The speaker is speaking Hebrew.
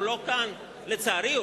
הוא לא כאן לצערי,